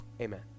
Amen